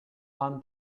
кан